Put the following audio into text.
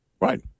right